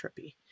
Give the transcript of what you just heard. trippy